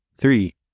three